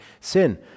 sin